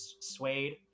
suede